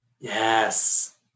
Yes